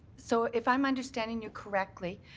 so if i'm understanding you correctly,